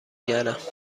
گردم